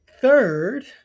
third